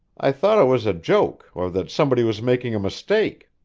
i thought it was a joke, or that somebody was making a mistake.